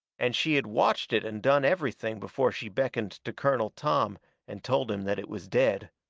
and she had watched it and done everything before she beckoned to colonel tom and told him that it was dead.